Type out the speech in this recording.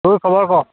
তোৰ খবৰ ক'